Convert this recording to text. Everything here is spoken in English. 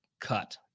cut